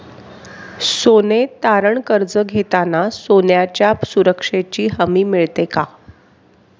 सोने तारण कर्ज घेताना सोन्याच्या सुरक्षेची हमी मिळते का?